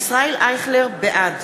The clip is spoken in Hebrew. בעד